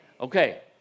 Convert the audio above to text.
Okay